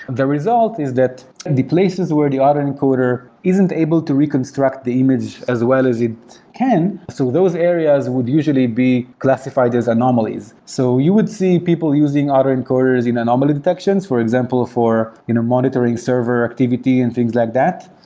the result is that and the places where the auto encoder isn't able to reconstruct the image as well as it can. so those areas would usually be classified as anomalies. so you would see people using auto encoders in anomaly detections. for example, for you know monitoring server activity and things like that.